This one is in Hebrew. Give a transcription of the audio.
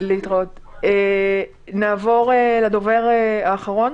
נעבור לדובר האחרון,